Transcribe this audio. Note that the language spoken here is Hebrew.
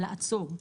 לעצור.